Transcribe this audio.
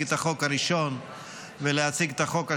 את החוק הראשון ולהציג את החוק השני,